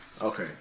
Okay